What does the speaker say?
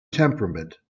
temperament